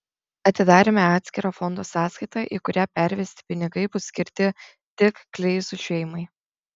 atidarėme atskirą fondo sąskaitą į kurią pervesti pinigai bus skirti tik kleizų šeimai